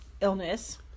Illness